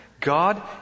God